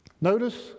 Notice